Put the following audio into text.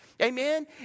Amen